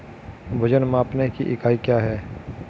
वजन मापने की इकाई क्या है?